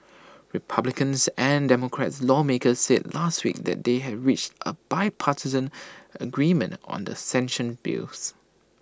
republicans and democratic lawmakers said last week that they had reached A bipartisan agreement on the sanctions bills